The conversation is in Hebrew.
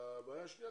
והבעיה שנייה היא,